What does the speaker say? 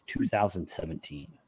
2017